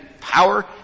power